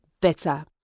better